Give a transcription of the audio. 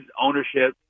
ownership